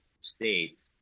states